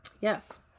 Yes